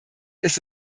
ist